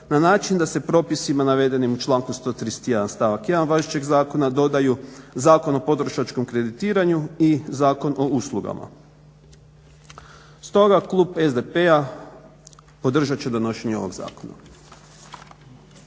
na način da se propisima navedenim u članku 131. stavak 1. važećeg zakona dodaju Zakon o potrošačkom kreditiranju i Zakon o uslugama. Stoga klub SDP-a podržat će donošenje ovog zakona.